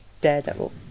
daredevil